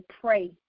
Pray